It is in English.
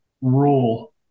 rule